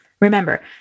Remember